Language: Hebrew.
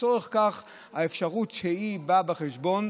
לצורך זה האפשרות שבאה בחשבון,